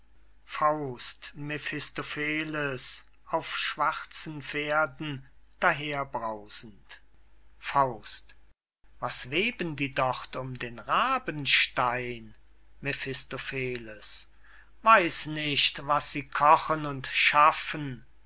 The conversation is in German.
faust mephistopheles auf schwarzen pferden daher brausend was weben die dort um den rabenstein mephistopheles weiß nicht was sie kochen und schaffen